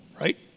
Right